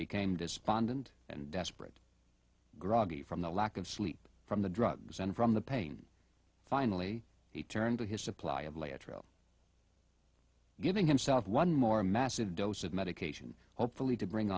became despondent and desperate groggy from the lack of sleep from the drugs and from the pain finally he turned to his supply of lateral giving himself one more massive dose of medication hopefully to bring